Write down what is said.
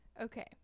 okay